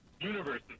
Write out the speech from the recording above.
universe